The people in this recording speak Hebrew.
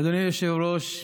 אדוני היושב-ראש,